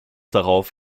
darauf